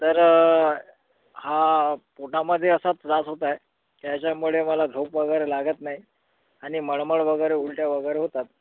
तर हा पोटामध्ये असा त्रास होत आहे त्याच्यामुळे मला झोप वगैरे लागत नाही आणि मळमळ वगैरे उलट्या वगैरे होतात